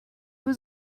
was